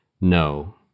No